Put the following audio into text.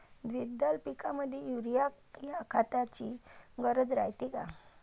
द्विदल पिकामंदी युरीया या खताची गरज रायते का?